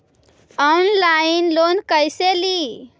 Online loan कैसे ली?